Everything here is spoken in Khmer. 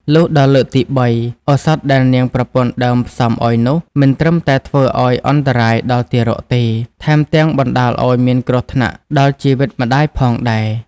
លុះដល់លើកទី ៣ ឱសថដែលនាងប្រពន្ធដើមផ្សំឲ្យនោះ មិនត្រឹមតែធ្វើឲ្យអន្តរាយដល់ទារកទេ ថែមទាំងបណ្តាលឲ្យមានគ្រោះថ្នាក់ដល់ជីវិតម្តាយផងដែរ។